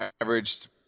averaged